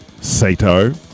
Sato